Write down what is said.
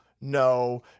no